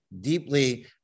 deeply